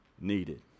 needed